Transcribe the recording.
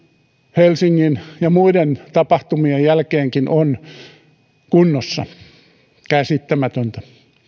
helsingin ja muiden tapahtumien jälkeenkin on kunnossa käsittämätöntä